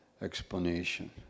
explanation